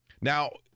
Now